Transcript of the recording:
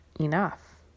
enough